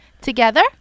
Together